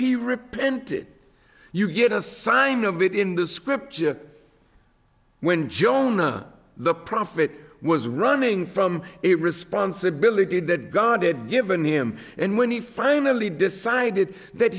he repented you get a sign of it in the scripture when jonah the prophet was running from it responsibility that god had given him and when he finally decided that